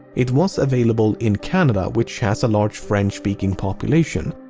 it was available in canada, which has a large french-speaking population.